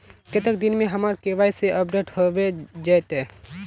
कते दिन में हमर के.वाई.सी अपडेट होबे जयते?